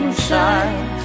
inside